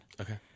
Okay